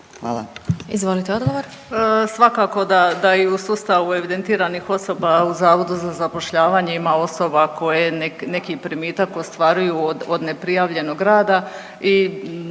Anita (HDZ)** Svakako da i u sustavu evidentiranih osoba u Zavodu za zapošljavanje ima osoba koje neki primitak ostvaruju od neprijavljenog rada i